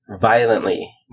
violently